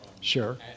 Sure